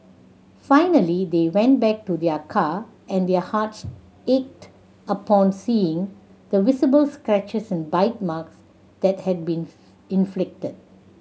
finally they went back to their car and their hearts ached upon seeing the visible scratches and bite marks that had been inflicted